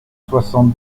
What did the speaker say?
soixante